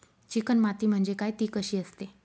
Chicken माती म्हणजे काय? ति कशी असते?